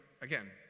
again